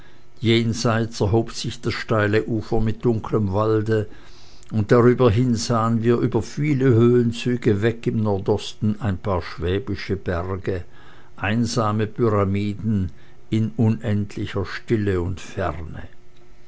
jenseits erhob sich das steile ufer mit dunklem walde und darüber hin sahen wir über viele höhenzüge weg im nordosten ein paar schwäbische berge einsame pyramiden in unendlicher stille und ferne